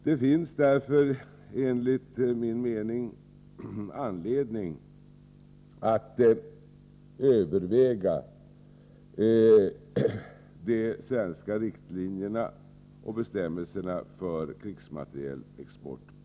Det finns därför enligt min mening anledning att på nytt överväga de svenska riktlinjerna och bestämmelserna för krigsmaterielexport.